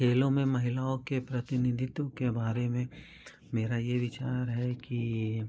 खेलों में महिलाओं के प्रतिनिधित्व के बारे में मेरा यह विचार है कि